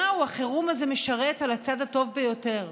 החירום הזה משרת את נתניהו על הצד הטוב ביותר,